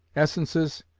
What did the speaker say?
essences,